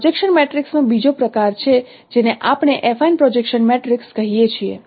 projection મેટ્રિક્સનો બીજો પ્રકાર છે જેને આપણે એફાઇન પ્રોજેક્શન મેટ્રિક્સ કહીએ છીએ